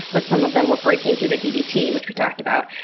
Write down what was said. but some of them were breaking, due to ddt, which we talked about.